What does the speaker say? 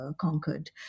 conquered